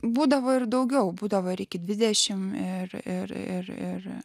būdavo ir daugiau būdavo ir iki dvidešim ir ir ir ir